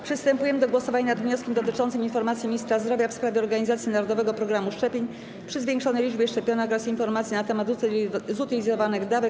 Przystępujemy do głosowania nad wnioskiem dotyczącym informacji ministra zdrowia w sprawie organizacji Narodowego Programu Szczepień przy zwiększonej liczbie dostaw szczepionek oraz informacji na temat zutylizowanych dawek.